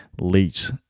leach